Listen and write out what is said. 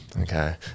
Okay